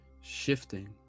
shifting